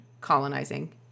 colonizing